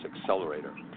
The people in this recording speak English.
accelerator